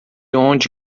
onde